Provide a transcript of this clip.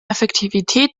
effektivität